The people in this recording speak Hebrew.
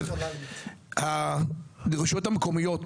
הרשויות המקומיות,